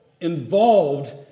involved